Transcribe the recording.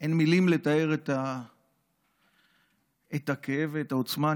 ואין מילים לתאר את הכאב ואת העוצמה.